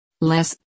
Less